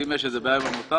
אם יש בעיה עם עמותה,